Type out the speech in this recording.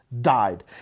died